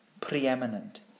preeminent